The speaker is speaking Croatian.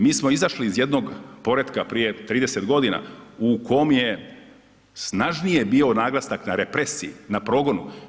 Mi smo izašli iz jednog poretka prije 30 godina u kom je snažnije bio naglasak na represiju, na progonu.